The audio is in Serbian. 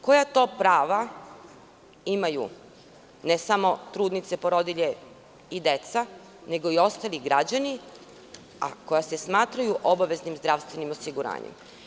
Koja to prava imaju, ne samo trudnice, porodilje i deca, nego i ostali građani, a koji se smatraju obaveznim zdravstvenim osiguranjem?